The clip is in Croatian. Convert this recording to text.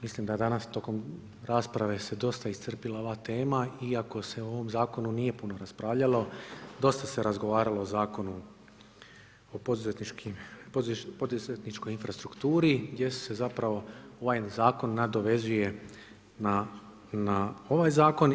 Mislim da je danas tijekom rasprave dosta iscrpila ova tema iako se o ovome zakonu nije puno raspravljalo, dosta se razgovaralo o Zakonu o poduzetničkoj infrastrukturi gdje se zapravo ovaj zakon nadovezuje na ovaj zakon.